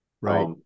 right